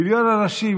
מיליון אנשים,